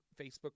Facebook